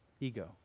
ego